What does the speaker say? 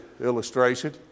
illustration